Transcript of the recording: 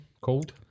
Cold